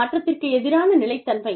மாற்றத்திற்கு எதிரான நிலைத்தன்மை